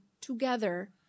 together